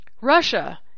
Russia